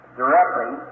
directly